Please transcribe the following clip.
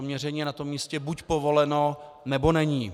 Měření je na tom místě buď povoleno, nebo není.